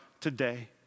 today